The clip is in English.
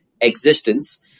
existence